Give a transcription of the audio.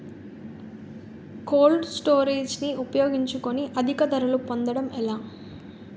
Cold storage ని ఉపయోగించుకొని అధిక ధరలు పొందడం ఎలా?